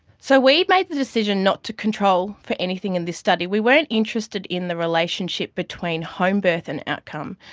so we made the decision not to control for anything in this study. we weren't interested in the relationship between homebirth and outcome,